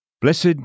Blessed